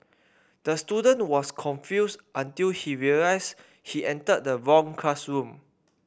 the student was confused until he realised he entered the wrong classroom